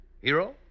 Hero